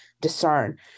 discern